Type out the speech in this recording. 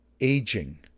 aging